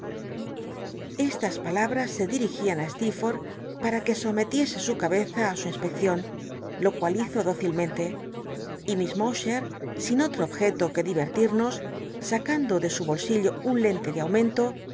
estas palabras se dirigían ti stcerforth pa ta tue sometiese su cabeza li su inspcccion lo cual biza dócilmente y miss mowchet sin oti'o objeto tue divertirn os sacando de su bolsillo un lente de aumento